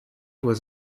was